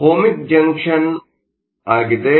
ohmic junction ಆಗಿದೆ